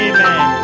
Amen